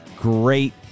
great